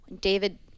David